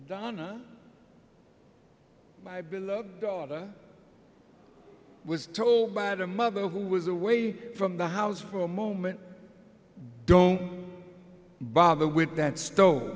donna my beloved daughter was told by her mother who was away from the house for a moment don't bother with that sto